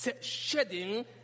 Shedding